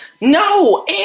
No